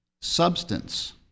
Substance